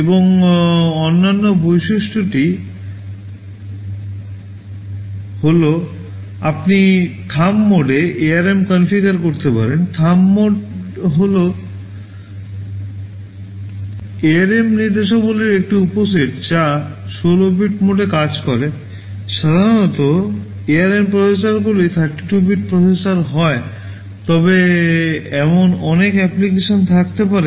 এবং অন্য বৈশিষ্ট্যটি হল আপনি থাম্ব মোডে